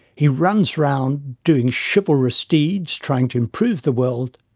he runs round doing chivalrous deeds trying to improve the world